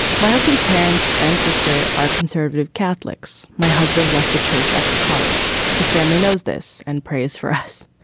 my husband's parents and sister are conservative catholics. my husband left the church after college. his family knows this and prays for us.